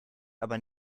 aber